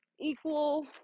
Equal